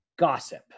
gossip